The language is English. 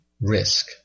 risk